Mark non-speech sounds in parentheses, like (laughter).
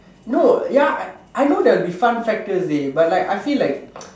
no ya I know there'll be fun factors dey but like I feel like (noise)